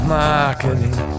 marketing